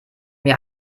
mir